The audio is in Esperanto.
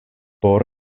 por